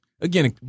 again